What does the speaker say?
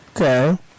Okay